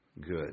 good